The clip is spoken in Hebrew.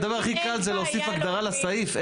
הדבר הכי קל זה להוסיף הגדרה לסעיף,